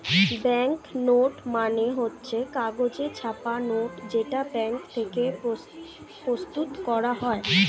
bank note মানে হচ্ছে কাগজে ছাপা নোট যেটা ব্যাঙ্ক থেকে প্রস্তুত করা হয়